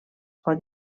pot